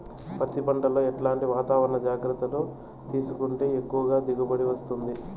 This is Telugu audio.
పత్తి పంట లో ఎట్లాంటి వాతావరణ జాగ్రత్తలు తీసుకుంటే ఎక్కువగా దిగుబడి వస్తుంది?